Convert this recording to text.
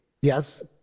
Yes